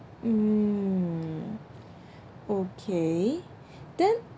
mm okay then